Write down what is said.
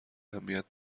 اهمیت